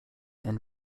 and